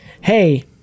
Hey